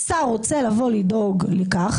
שר רוצה לבוא לדאוג לכך,